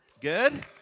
good